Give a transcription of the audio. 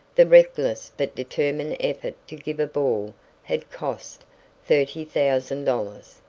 the reckless but determined effort to give a ball had cost thirty thousand dollars.